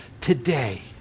today